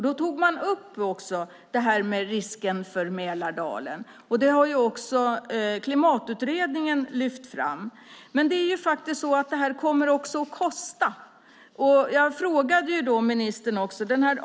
Då tog man också upp risken för Mälardalen. Den har också Klimatutredningen lyft fram. Men detta kommer också att kosta. Det var också därför jag frågade ministern.